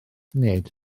nid